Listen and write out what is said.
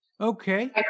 Okay